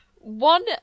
One